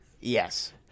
yes